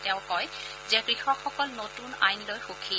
তেওঁ কয় যে কৃষকসকল নতুন আইন লৈ সুখী